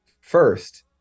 first